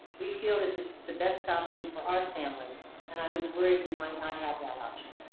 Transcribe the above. we feel that this is the best option for our family and i was worried we might not have that option.